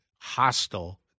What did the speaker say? hostile